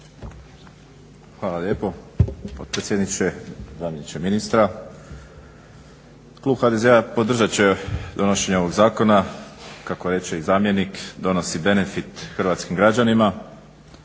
Hvala lijepo potpredsjedniče, zamjeniče ministra. Klub HDZ-a podržat će donošenje ovog zakona kako reče i zamjenik donosi benefit hrvatskim građanima.